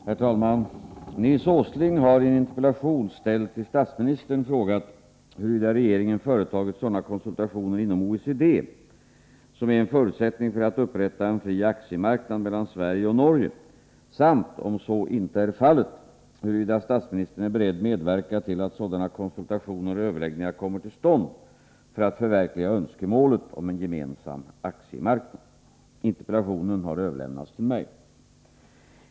Herr talman! Nils Åsling har i en interpellation ställd till statsministern frågat huruvida regeringen företagit sådana konsultationer inom OECD som är en förutsättning för att upprätta en fri aktiemarknad mellan Sverige och Norge samt, om så inte är fallet, huruvida statsministern är beredd medverka till att sådana konsultationer och överläggningar kommer till stånd för att förverkliga önskemålet om en gemensam aktiemarknad. Interpellationen har överlämnats till mig.